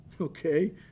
okay